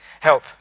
help